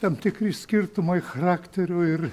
tam tikri skirtumai charakterio ir